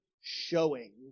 showing